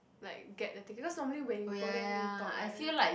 like get the ticket cause normally when you go there you need to talk right